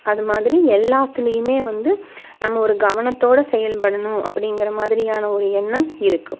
அதுமாதிரி எல்லாத்துலையுமே வந்து நம்ம ஒரு கவனத்தோட செயல்படணும் அப்படிங்கற மாதிரியான ஒரு எண்ணம் இருக்கும்